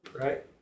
right